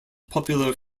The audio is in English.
popular